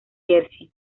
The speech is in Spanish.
jersey